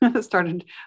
started